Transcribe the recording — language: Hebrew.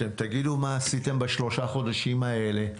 אתם תגידו מה עשיתם בשלושת החודשים האלה.